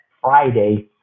Friday